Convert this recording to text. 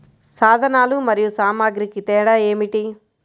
సాధనాలు మరియు సామాగ్రికి తేడా ఏమిటి?